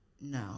no